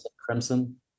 crimson